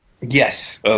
Yes